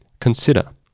consider